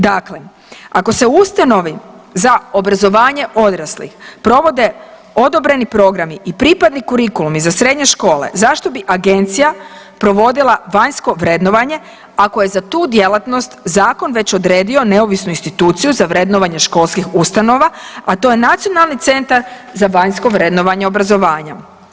Dakle, ako se u ustanovi za obrazovanje odraslih provode odobreni programi i pripadni kurikulum i za srednje škole, zašto bi agencija provodila vanjsko vrednovanje ako je za tu djelatnost zakon već odredio neovisnu instituciju za vrednovanje školskih ustanova, a to je Nacionalni centar za vanjsko vrednovanje obrazovanja.